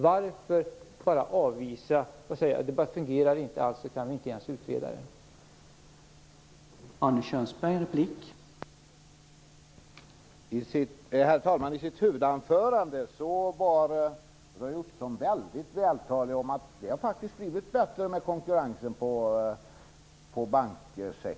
Varför bara avvisa och säga att det inte fungerar och att man alltså inte ens kan utreda det hela?